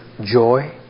joy